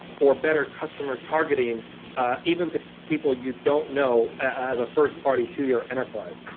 or better customer targeting even to people you don't know as a first party to your enterprise.